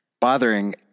bothering